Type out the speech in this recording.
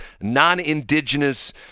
non-indigenous